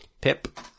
Pip